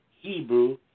Hebrew